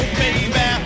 baby